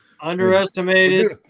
Underestimated